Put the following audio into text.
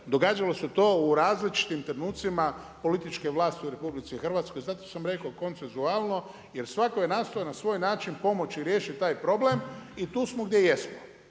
događalo se to u različitim trenucima političke vlasti u RH, zato sam rekao koncenzualno, jer svako je nastao na svoj način pomoći riješiti taj problem i tu smo gdje jesmo